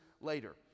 later